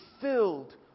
filled